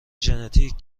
ژنتیک